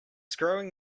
screwing